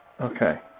Okay